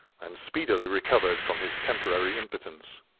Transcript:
and speedily recovered from his temporary impotence.